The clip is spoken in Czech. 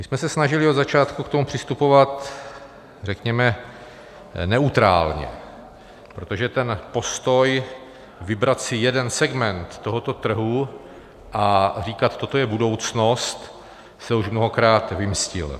My jsme se snažili od začátku k tomu přistupovat řekněme neutrálně, protože ten postoj, vybrat si jeden segment tohoto trhu a říkat: toto je budoucnost, se už mnohokrát vymstil.